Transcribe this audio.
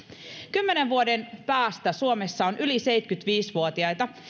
kymmenen vuoden päästä suomessa on yli seitsemänkymmentäviisi vuotiaita